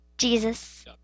Jesus